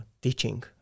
teaching